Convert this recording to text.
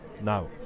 now